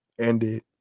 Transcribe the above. ended